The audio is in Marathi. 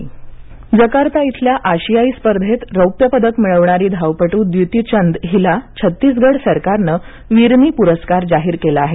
द्यतीचंद प्रस्कार जकार्ता इथल्या आशियाई स्पर्धेत रौप्य पदक मिळवणारी धावपटू द्युतीचंद हिला छत्तीसगड सरकारनं वीरनी पुरस्कार जाहीर केला आहे